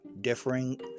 differing